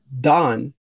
done